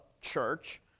church